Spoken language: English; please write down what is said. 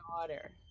daughter